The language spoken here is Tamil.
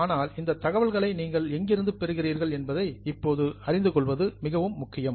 ஆனால் இந்த தகவல்களை நீங்கள் எங்கிருந்து பெறுகிறீர்கள் என்பதை இப்போது அறிந்து கொள்வது மிகவும் முக்கியம்